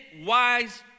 wise